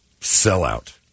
sellout